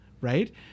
right